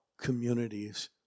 communities